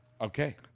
Okay